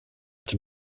its